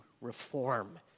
reform